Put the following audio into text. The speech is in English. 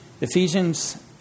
Ephesians